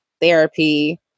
therapy